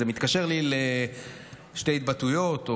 זה מתקשר לי לשתי התבטאויות,